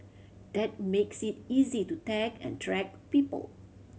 that makes it easy to tag and track people